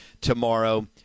tomorrow